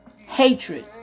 hatred